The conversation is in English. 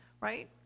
right